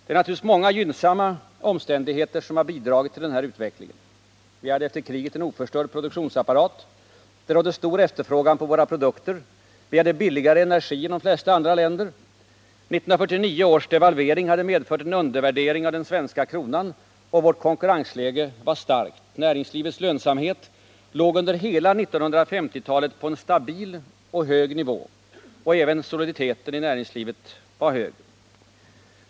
Det är naturligtvis många gynnsamma omständigheter som har bidragit till denna utveckling. Vi hade efter kriget en oförstörd produktionsapparat. Det rådde stor efterfrågan på våra produkter. Vi hade billigare energi än de flesta andra länder. 1949 års devalvering hade medfört en undervärdering av den svenska kronan. Vårt konkurrensläge var starkt. Näringslivets lönsamhet låg under hela 1950-talet på en stabil och hög nivå. Även soliditeten i näringslivet var hög.